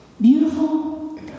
beautiful